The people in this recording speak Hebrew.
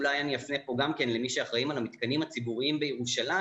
אולי אני אפנה פה גם כן למי שאחראים על המתקנים הציבוריים בירושלים.